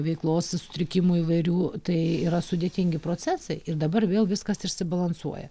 veiklos sutrikimų įvairių tai yra sudėtingi procesai ir dabar vėl viskas išsibalansuoja